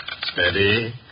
Steady